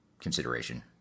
consideration